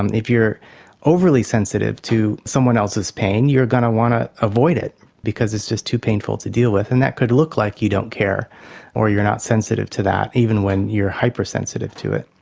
um if you are overly sensitive to someone else's pain you are going to want to avoid it because it's just too painful to deal with. and that could look like you don't care or you are not sensitive to that, even when you are hypersensitive to it.